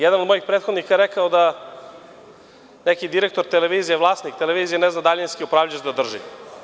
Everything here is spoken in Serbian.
Jedan od mojih prethodnika je rekao da neki direktor, vlasnik televizije ne zna daljinski upravljač da drži.